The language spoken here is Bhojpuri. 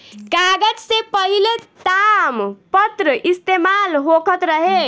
कागज से पहिले तामपत्र इस्तेमाल होखत रहे